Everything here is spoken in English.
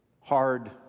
hard